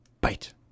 bite